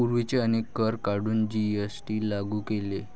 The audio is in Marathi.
पूर्वीचे अनेक कर काढून जी.एस.टी लागू केले